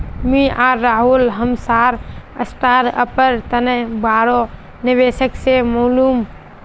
मुई आर राहुल हमसार स्टार्टअपेर तने बोरो निवेशक से मिलुम